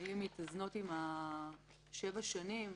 היו מתאזנות עם שבע שנים.